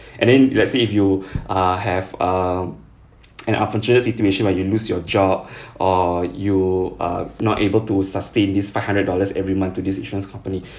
and then let's say if you uh have uh an unfortunate situation where you lose your job or you are not able to sustain this five hundred dollars every month to this insurance company